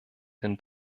den